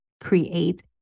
create